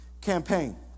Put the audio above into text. campaign